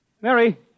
Mary